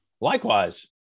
Likewise